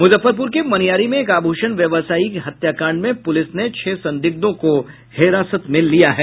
मुजफ्फरपुर के मनियारी में एक आभूषण व्यावसायी हत्याकांड में पुलिस ने छह संदिग्धों को हिरासत में लिया है